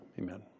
amen